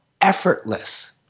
effortless